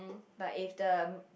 but if the